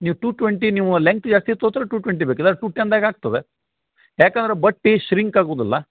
ನೀವು two twenty ನೀವು length ಜಾಸ್ತಿ ತಗೋತಾರೆ ಟು ಟ್ವೆಂಟಿ ಬೇಕು ಇಲ್ಲ ಟು ಟೆನ್ದಾಗ ಆಗ್ತದೆ ಯಾಕಂದ್ರೆ ಬಟ್ಟೆ ಶ್ರಿಂಕ್ ಆಗೋದಿಲ್ಲ